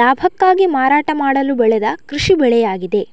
ಲಾಭಕ್ಕಾಗಿ ಮಾರಾಟ ಮಾಡಲು ಬೆಳೆದ ಕೃಷಿ ಬೆಳೆಯಾಗಿದೆ